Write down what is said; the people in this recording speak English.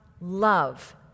love